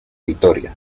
vitoria